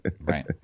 Right